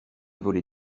voler